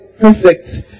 perfect